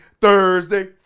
Thursday